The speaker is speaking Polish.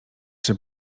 czy